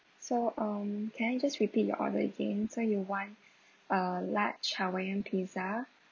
so um can I just repeat your order again so you want a large hawaiian pizza